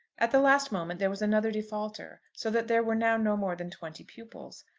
at the last moment there was another defaulter, so that there were now no more than twenty pupils.